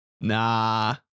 Nah